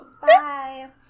Bye